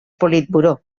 politburó